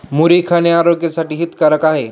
मुरी खाणे आरोग्यासाठी हितकारक आहे